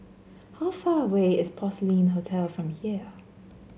how far away is Porcelain Hotel from here